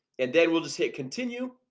and then we'll just hit continue